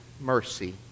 mercy